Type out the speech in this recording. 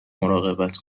مراقبت